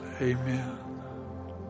amen